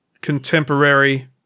contemporary